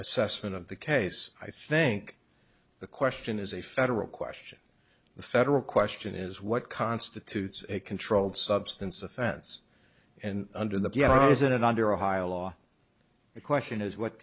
assessment of the case i think the question is a federal question the federal question is what constitutes a controlled substance offense and under the gun isn't it under ohio law the question is what